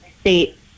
state